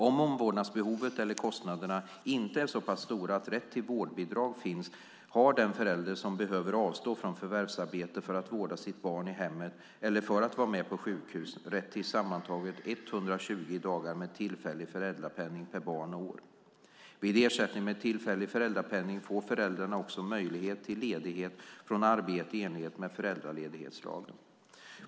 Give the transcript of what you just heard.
Om omvårdnadsbehovet eller kostnaderna inte är så pass stora att rätt till vårdbidrag finns har den förälder som behöver avstå från förvärvsarbete för att vårda sitt barn i hemmet eller för att vara med på sjukhus rätt till sammantaget 120 dagar med tillfällig föräldrapenning per barn och år. Vid ersättning med tillfällig föräldrapenning får föräldrarna också möjlighet till ledighet från arbetet i enlighet med föräldraledighetslagen.